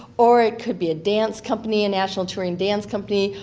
or it could be a dance company, a national touring dance company.